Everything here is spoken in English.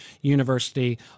University